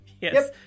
Yes